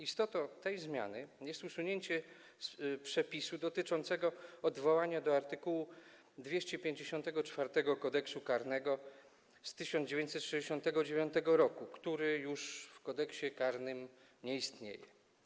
Istotą tej zmiany jest usunięcie przepisu dotyczącego odwołania do art. 254 Kodeksu karnego z 1969 r., który już w Kodeksie karnym nie istnieje.